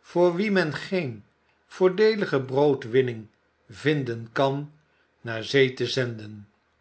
voor wien men geene voordeelige broodwinning vinden kan naar zee te zenden